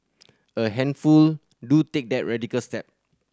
a handful do take that radical step